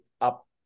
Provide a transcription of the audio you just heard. up